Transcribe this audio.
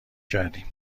کردیم